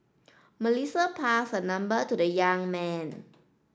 Melissa passed her number to the young man